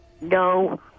No